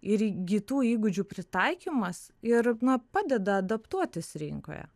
ir įgytų įgūdžių pritaikymas ir na padeda adaptuotis rinkoje